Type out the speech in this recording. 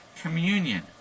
communion